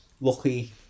lucky